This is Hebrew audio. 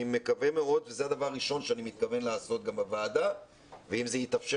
זה הדבר הראשון שאני מתכוון לעשות גם בוועדה ואם זה יתאפשר